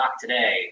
today